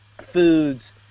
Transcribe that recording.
foods